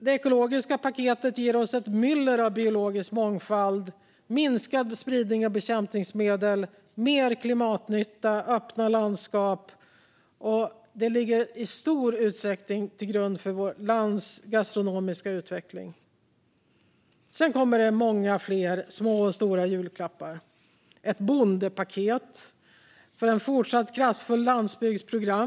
Det ekologiska paketet ger oss ett myller av biologisk mångfald, minskad spridning av bekämpningsmedel, mer klimatnytta och öppna landskap, som i stor utsträckning ligger till grund för vårt lands gastronomiska utveckling. Det finns många fler små och stora julklappar, bland annat ett "bondepaket" för ett fortsatt kraftfullt landsbygdsprogram.